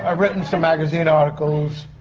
ah written some magazine articles,